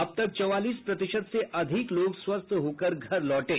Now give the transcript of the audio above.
अब तक चौवालीस प्रतिशत से अधिक लोग स्वस्थ होकर घर लौटे